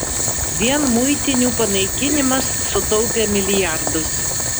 vien muitinių panaikinimas sutaupė milijardus